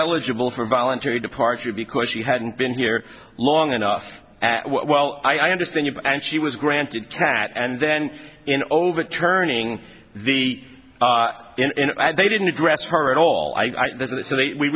eligible for voluntary departure because she hadn't been here long enough while i understand you and she was granted tat and then in overturning the and they didn't address her at all i